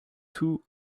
two